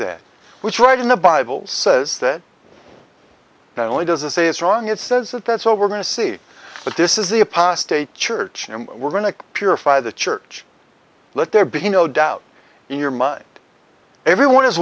that which right in the bible says that not only does it say it's wrong it says that that's what we're going to see but this is the apostolic church and we're going to purify the church let there be no doubt in your mind everyone is